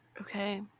Okay